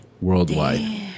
worldwide